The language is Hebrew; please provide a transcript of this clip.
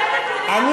רפורמה?